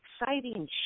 exciting